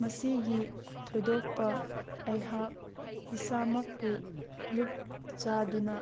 ꯃꯁꯤꯒꯤ ꯊꯣꯏꯗꯣꯛꯄ ꯑꯩꯍꯥꯛ ꯏꯁꯥꯃꯛꯄꯨ ꯂꯨꯞꯆꯗꯨꯅ